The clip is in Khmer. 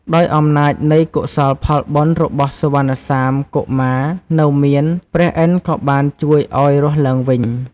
ដោយអំណាចនៃកុសលផលបុណ្យរបស់សុវណ្ណសាមកុមារនៅមាន ព្រះឥន្ទក៏បានជួយឲ្យរស់ឡើងវិញ។